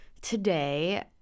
Today